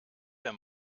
der